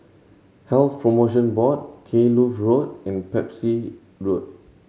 Health Promotion Board Kloof Road and Pepys Road